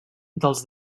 dels